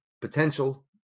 potential